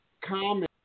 comment